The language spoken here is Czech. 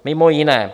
Mimo jiné.